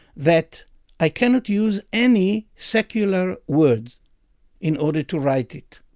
that i cannot use any secular words in order to write it.